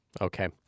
Okay